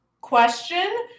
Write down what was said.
question